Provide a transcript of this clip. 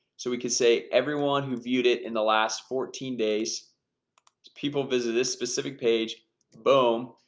so we could say everyone who viewed it in the last fourteen days people visit this specific page boom.